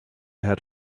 had